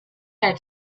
had